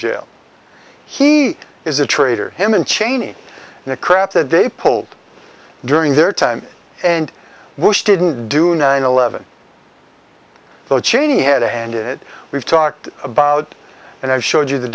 jail he is a traitor him and cheney and the crap that they pulled during their time and bush didn't do nine eleven though cheney had a hand it we've talked about and i've showed you the